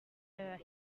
that